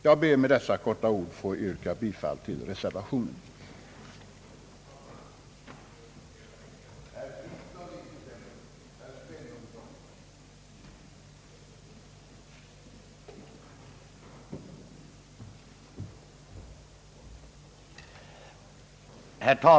Jag ber att med detta korta inlägg få yrka bifall till reservationen av herr Thorsten Larsson m.fl.